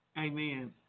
Amen